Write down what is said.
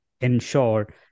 ensure